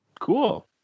Cool